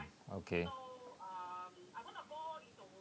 okay